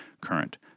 current